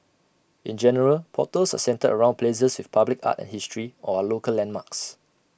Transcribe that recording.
in general portals are centred around places with public art and history or are local landmarks